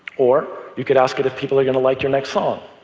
or you could ask it if people are going to like your next song,